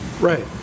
Right